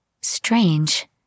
Strange